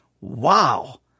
Wow